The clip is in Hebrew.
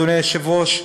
אדוני היושב-ראש,